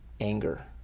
anger